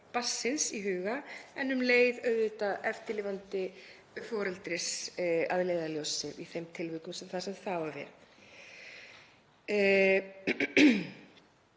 barnsins í huga en um leið auðvitað eftirlifandi foreldris að leiðarljósi í þeim tilvikum þar sem það á